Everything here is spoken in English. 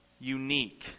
unique